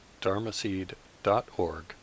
dharmaseed.org